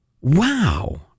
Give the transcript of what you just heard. Wow